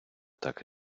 так